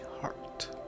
heart